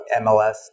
MLS